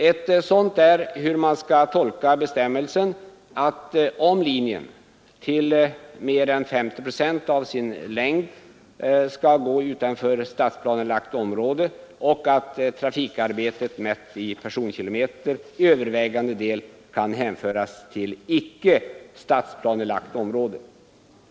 Ett sådant är hur man skall tolka bestämmelsen om att linjen till mer än 50 procent av sin längd skall gå utanför stadsplanelagt område och trafikarbetet mätt i personkilometer till övervägande delen kan hänföras till icke stadsplanelagt område.